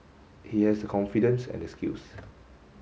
he has the confidence and the skills